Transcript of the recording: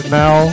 now